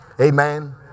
Amen